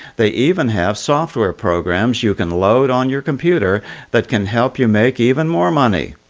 they even have software programs you can load on your computer that can help you make even more money.